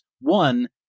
One